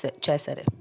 Cesare